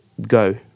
go